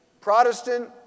Protestant